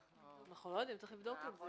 אנחנו לא יודעים, צריך לבדוק את זה.